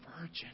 virgin